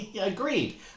Agreed